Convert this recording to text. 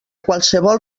qualsevol